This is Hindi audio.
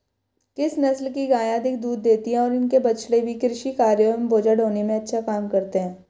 किस नस्ल की गायें अधिक दूध देती हैं और इनके बछड़े भी कृषि कार्यों एवं बोझा ढोने में अच्छा काम करते हैं?